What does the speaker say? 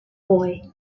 boy